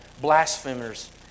Blasphemers